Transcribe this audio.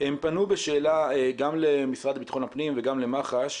הם פנו בשאלה גם למשרד לבטחון הפנים וגם למח"ש,